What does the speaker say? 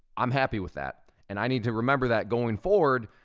i'm happy with that, and i need to remember that going forward,